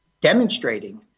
demonstrating